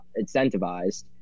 incentivized